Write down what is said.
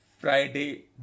Friday